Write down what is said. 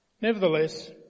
Nevertheless